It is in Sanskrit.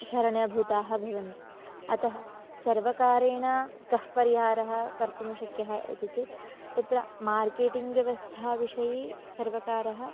शरणभूताः भवन्ति अतः सर्वकारेण कः परिहारः कर्तुं शक्यः इति चेत् तत्र मार्केटिङ्ग् व्यवस्था विषये सर्वकारः